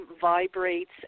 vibrates